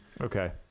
okay